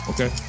Okay